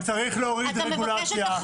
וצריך להוריד את הרגולציה.